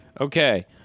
Okay